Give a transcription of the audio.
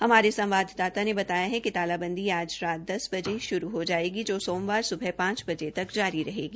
हमारे संवाददात ने बताया कि तालाबंदी आज रात दस बजे श्रू हो जायेगी जो सोमवार सुबह पांच बजे तक जारी रहेगी